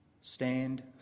Stand